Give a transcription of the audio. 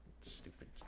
Stupid